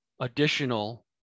additional